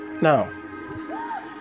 Now